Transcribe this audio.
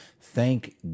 Thank